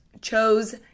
chose